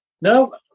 No